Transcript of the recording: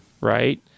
right